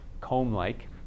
comb-like